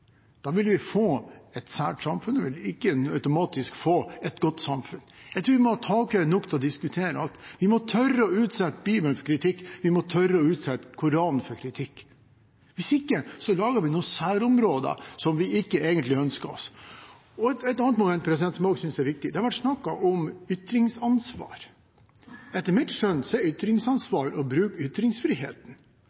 vi få et sært samfunn, vi ville ikke automatisk få et godt samfunn. Jeg tror vi må ha takhøyde nok til å diskutere og tørre å utsette Bibelen for kritikk, vi må tørre å utsette Koranen for kritikk. Hvis ikke lager vi noen særområder som vi egentlig ikke ønsker oss. Et annet moment som jeg også synes er viktig: Det har vært snakket om ytringsansvar. Etter mitt skjønn er ytringsansvar å bruke ytringsfriheten.